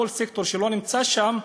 כל סקטור שלא נמצא שם,